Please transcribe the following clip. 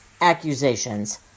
accusations